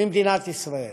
ממדינת ישראל.